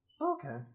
Okay